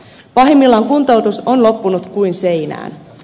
pahimmillaan kuntoutus on loppunut kuin seinään